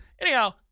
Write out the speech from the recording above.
anyhow